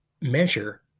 measure